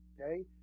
okay